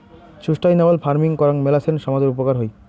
sustainable farming করাং মেলাছেন সামজের উপকার হই